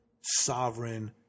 sovereign